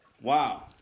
Wow